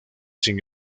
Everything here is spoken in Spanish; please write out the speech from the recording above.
sin